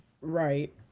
Right